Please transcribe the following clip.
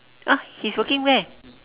!huh! he's working where